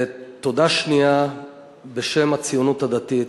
תודה שנייה בשם הציונות הדתית,